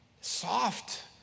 soft